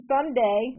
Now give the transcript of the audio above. Sunday